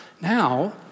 now